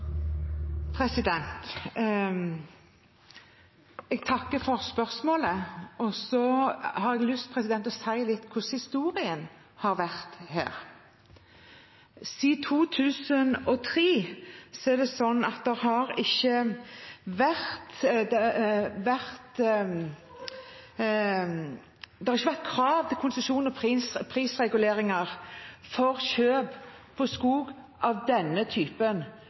Jeg takker for spørsmålet. Jeg har lyst til å si litt om hvordan historien har vært her. Siden 2003 har det ikke vært krav til konsesjon og prisreguleringer for denne typen kjøp av skog – det som har vært